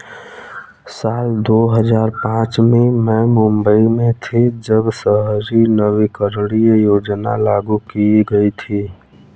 साल दो हज़ार पांच में मैं मुम्बई में थी, जब शहरी नवीकरणीय योजना लागू की गई थी